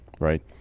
Right